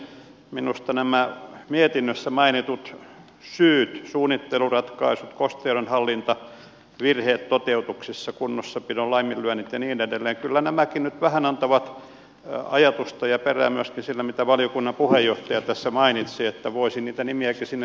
minusta nämä mietinnössä mainitut syyt suunnitteluratkaisut kosteudenhallinta virheet toteutuksissa kunnossapidon laiminlyönnit ja niin edelleen kyllä nämäkin nyt vähän antavat ajatusta ja perää myöskin sille mitä valiokunnan puheenjohtaja tässä mainitsi että voisi niitä nimiäkin sinne seinälle laittaa